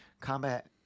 Combat